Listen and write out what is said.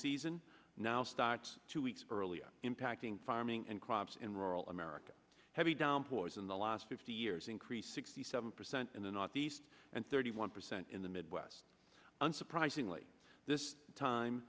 season now starts two weeks earlier impacting farming and crops in rural america heavy downpours in the last fifty years increased sixty seven percent in the northeast and thirty one percent in the midwest and surprisingly this